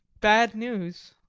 bad news!